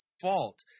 fault